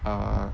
err